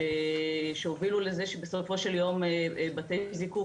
שהובילו לזה שבסופו של יום בתי זיקוק